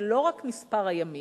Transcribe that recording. זה לא רק מספר הימים